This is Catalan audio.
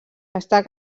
està